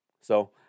So-